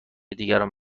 دیگران